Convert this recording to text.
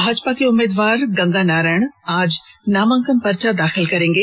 भाजपा के उम्मीदवार गंगा नारायण आज नामांकन पर्चा दाखिल करेंगे